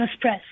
press